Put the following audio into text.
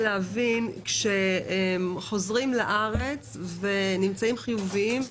כשחוזרים לארץ ונמצאים חיוביים,